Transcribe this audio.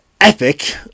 Epic